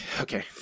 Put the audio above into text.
Okay